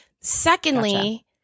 Secondly